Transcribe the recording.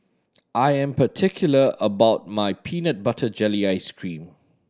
I am particular about my peanut butter jelly ice cream